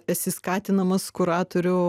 esi skatinamas kuratorių